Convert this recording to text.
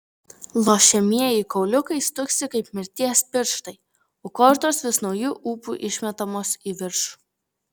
lošiamieji kauliukai stuksi kaip mirties pirštai o kortos vis nauju ūpu išmetamos į viršų